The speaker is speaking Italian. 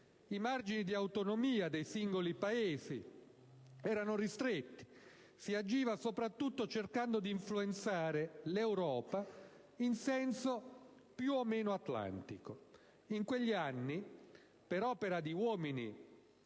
I margini di autonomia dei singoli Paesi erano ristretti; si agiva soprattutto cercando di influenzare l'Europa in senso più o meno atlantico. In quegli anni, per opera di uomini